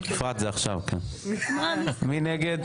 מי נגד?